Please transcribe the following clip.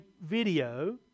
video